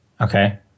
Okay